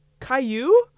Caillou